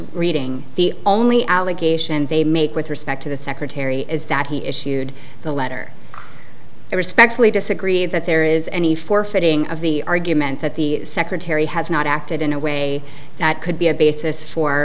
reading the only allegation they make with respect to the secretary is that he issued the letter i respectfully disagree that there is any forfeiting of the argument that the secretary has not acted in a way that could be a basis for